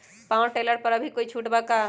Power tiller पर अभी कोई छुट बा का?